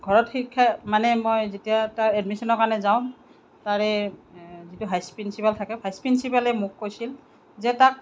ঘৰত শিক্ষা মানে মই যেতিয়া তাৰ এডমিছনৰ কাৰণে যাওঁ তাৰে যিটো ভাইচ প্ৰিন্সিপাল থাকে ভাইচ প্ৰিন্সিপালে মোক কৈছিল যে তাক